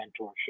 mentorship